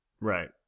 Right